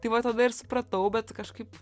tai va tada ir supratau bet kažkaip